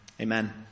Amen